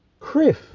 Criff